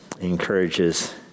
encourages